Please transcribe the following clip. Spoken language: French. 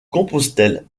compostelle